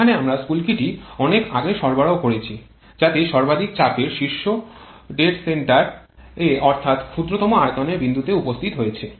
এখানে আমরা স্ফুলকিটি অনেক আগে সরবরাহ করছি যাতে সর্বাধিক চাপের বিন্দু শীর্ষ ডেড সেন্টার এ অর্থাৎ ক্ষুদ্রতম আয়তনের বিন্দুতে উপস্থিত হয়